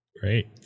Great